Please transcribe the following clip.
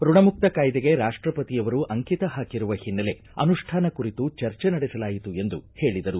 ಋಣಮುಕ್ತ ಕಾಯ್ದೆಗೆ ರಾಷ್ಟಪತಿಯವರು ಅಂಕಿತ ಹಾಕಿರುವ ಹಿನ್ನೆಲೆ ಅನುಷ್ಠಾನ ಕುರಿತು ಚರ್ಚೆ ನಡೆಸಲಾಯಿತು ಎಂದು ಹೇಳಿದರು